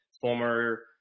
former